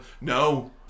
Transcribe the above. no